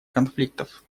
конфликтов